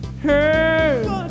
hey